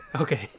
Okay